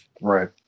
Right